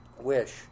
wish